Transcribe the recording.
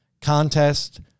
contest